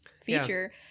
feature